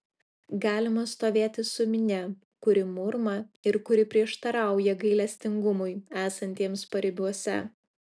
galima stovėti su minia kuri murma ir kuri prieštarauja gailestingumui esantiems paribiuose